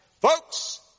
Folks